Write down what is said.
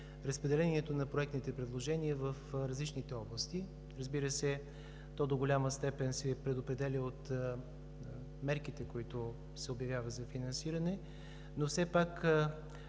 с разпределението на проектните предложения в различните области. Разбира се, то до голяма степен се предопределя от мерките, които се обявяват за финансиране, но все пак